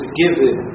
given